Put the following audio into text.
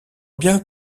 bien